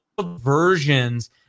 versions